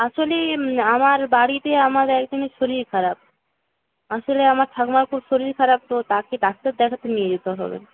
আসলে আমার বাড়িতে আমার একজনের শরীর খারাপ আসলে আমার ঠাকুমার খুব শরীর খারাপ তো তাকে ডাক্তার দেখাতে নিয়ে যেতে হবে